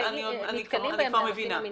אני כבר מבינה.